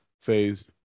phase